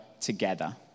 together